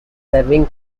serving